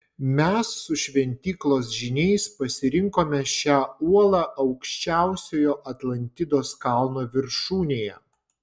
mes su šventyklos žyniais pasirinkome šią uolą aukščiausiojo atlantidos kalno viršūnėje